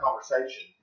conversation